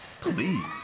Please